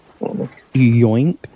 Yoink